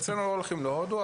אצלנו לא הולכים להודו,